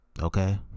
Okay